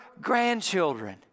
grandchildren